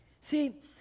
See